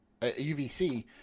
UVC